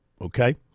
okay